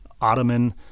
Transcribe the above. ottoman